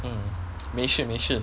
um 没事没事